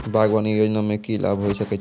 बागवानी योजना मे की लाभ होय सके छै?